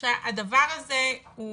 שהדבר הזה הוא